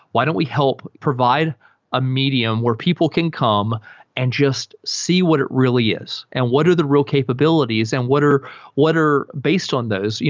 why don't we help provide a medium where people can come and just see what it really is? and what are the real capabilities and what are what are based on those,